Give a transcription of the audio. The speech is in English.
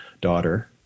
daughter